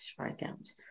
strikeouts